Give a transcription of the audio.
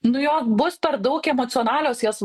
nu jo bus per daug emocionalios jos vai